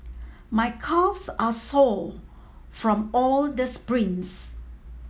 my calves are sore from all the sprints